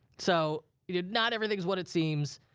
so you know not everything's what it seems.